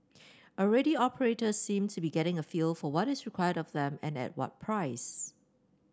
already operators seem to be getting a feel for what is required of them and at what price